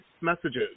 messages